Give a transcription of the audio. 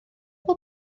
fel